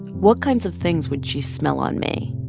what kinds of things would she smell on me?